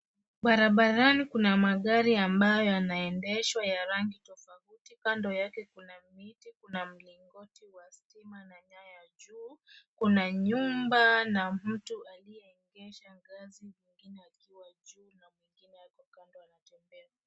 Barabarani kuna magari ambayo yanaendeshwa ya rangi tofauti. Kando yake kuna miti. Kuna mlingoti wa stima na nyaya juu. Kuna nyumba na mtu aliyeegesha ngazi mwingine akiwa juu, na mwingine ako kando anatembea.